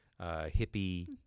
hippie